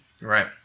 right